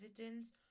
evidence